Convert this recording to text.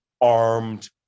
armed